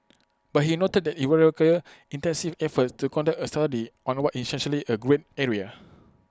but he noted IT would require extensive efforts to conduct A study on what is essentially A grey area